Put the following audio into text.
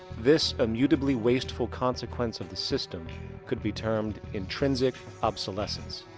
this immutably wasteful consequence of the system could be termed intrinsic obsolescence.